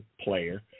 player